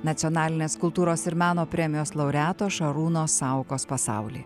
nacionalinės kultūros ir meno premijos laureato šarūno saukos pasaulį